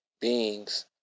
beings